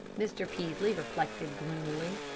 mr. peaslee reflected gloomily.